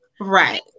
Right